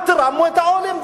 אל תרמו את העולים,